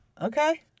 Okay